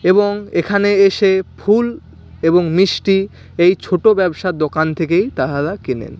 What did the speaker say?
এবং এখানে এসে ফুল এবং মিষ্টি এই ছোটো ব্যবসার দোকান থেকেই তাহারা কেনেন